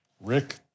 Rick